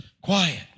quiet